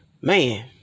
man